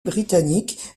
britannique